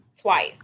twice